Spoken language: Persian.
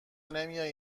نمیایی